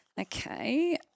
okay